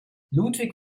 ludwig